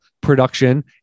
production